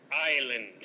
Island